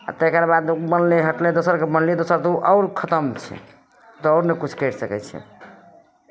आ तकर बाद ओ बनलै हँ अपने दोसरकेँ दोसर तऽ आओर खतम छै ओ तऽ आओर नहि किछु करि सकै छै